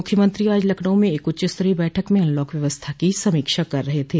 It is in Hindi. मुख्यमंत्री आज लखनऊ में एक उच्चस्तरीय बैठक में अनलॉक व्यवस्था की समीक्षा कर रहे थे